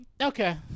Okay